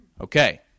Okay